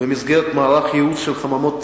במסגרת מערך ייעוץ של חממות תיירותיות,